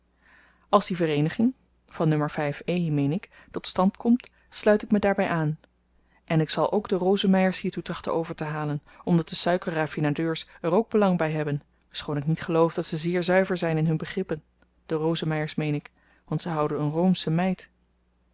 als die vereeniging van n meen ik tot stand komt sluit ik me daarbij aan en ik zal ook de rosemeyers hiertoe trachten overtehalen omdat de suikerraffinadeurs